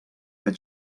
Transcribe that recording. que